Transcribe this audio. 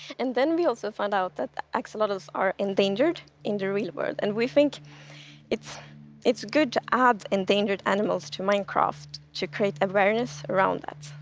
and then we also found out that the axolotls are endangered in the real world. and we think it's it's good to have um endangered animals to minecraft to create awareness around that.